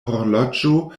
horloĝo